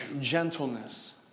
gentleness